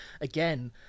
again